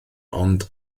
ond